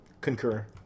Concur